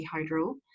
Hydro